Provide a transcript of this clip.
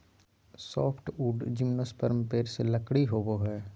softwood gymnosperm पेड़ से लकड़ी होबो हइ